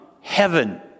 heaven